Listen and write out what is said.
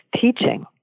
teaching